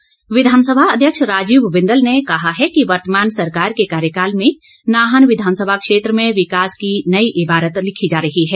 बिंदल विधानसभा अध्यक्ष राजीव बिंदल ने कहा है कि वर्तमान सरकार के कार्यकाल में नाहन विधानसभा क्षेत्र में विकास की नई इबारत लिखी जा रही है